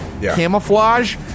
camouflage